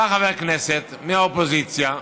בא חבר כנסת מהאופוזיציה,